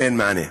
אין מענה.